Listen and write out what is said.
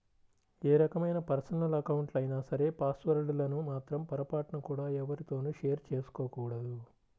ఏ రకమైన పర్సనల్ అకౌంట్లైనా సరే పాస్ వర్డ్ లను మాత్రం పొరపాటున కూడా ఎవ్వరితోనూ షేర్ చేసుకోకూడదు